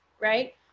right